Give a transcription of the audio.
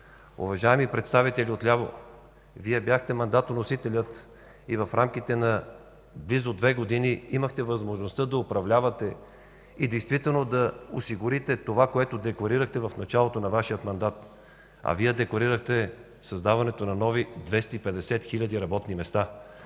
Уважаеми представители от ляво, Вие бяхте мандатоносителят и в рамките на близо две години имахте възможността да управлявате и действително да осигурите това, което декларирахте в началото на Вашия мандат, а Вие декларирахте създаването на нови 250 хиляди работни места.